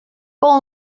all